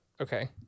okay